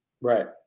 Right